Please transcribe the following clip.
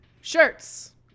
shirts